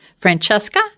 Francesca